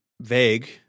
vague